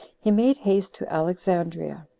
he made haste to alexandria.